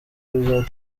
bizatuma